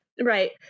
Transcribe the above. Right